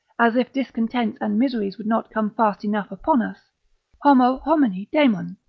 as if discontents and miseries would not come fast enough upon us homo homini daemon,